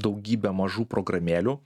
daugybė mažų programėlių